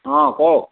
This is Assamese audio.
অঁ কওক